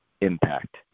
impact